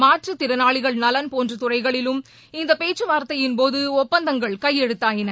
மாற்றுத்திறனாளிகள் நலன் போன்ற துறைகளிலும் இந்த பேச்சுவார்த்தையின்போது ஒப்பந்தங்கள் கையெழுத்தாகின